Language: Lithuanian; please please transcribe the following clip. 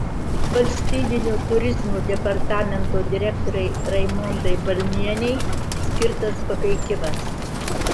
valstybinio turizmo departamento direktorei raimondai balnienei skirtas papeikimas